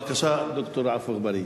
בבקשה, ד"ר עפו אגבאריה.